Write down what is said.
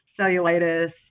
cellulitis